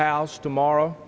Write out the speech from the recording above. house tomorrow